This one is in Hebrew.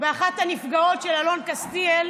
אחת הנפגעות של אלון קסטיאל